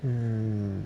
hmm